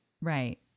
Right